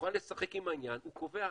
יכולה לשחק עם העניין שהוא קובע,